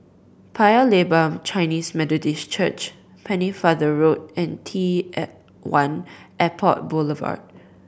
Paya Lebar Chinese Methodist Church Pennefather Road and T L One Airport Boulevard